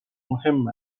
مهم